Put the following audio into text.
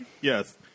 Yes